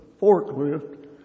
forklift